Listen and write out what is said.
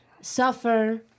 Suffer